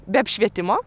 be apšvietimo